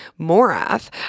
Morath